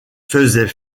faisait